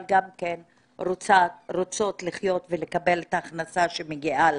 אבל גם רוצות לחיות ולקבל את ההכנסה שמגיעה להן.